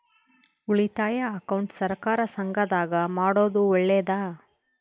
ಉಳಿತಾಯ ಅಕೌಂಟ್ ಸಹಕಾರ ಸಂಘದಾಗ ಮಾಡೋದು ಒಳ್ಳೇದಾ?